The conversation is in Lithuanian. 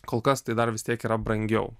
kol kas tai dar vis tiek yra brangiau